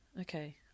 okay